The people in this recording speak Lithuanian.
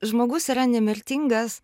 žmogus yra nemirtingas